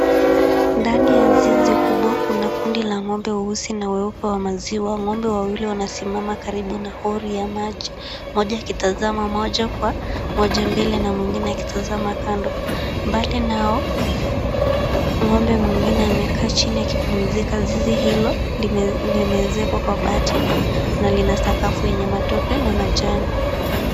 Ndani ya zizi kubwa kuna kundi la ng'ombe weusi na weupe wa maziwa. Ng'ombe wawili wanasimama karibu na hori ya maji mmoja akitazama moja kwa moja mbele na mwingine akitazama kando. Mbali nao, ng'ombe mwingine amekaa chini akipumzika. Zizi hilo limeezekwa kwa bati na lina sakafu yenye matope na majani.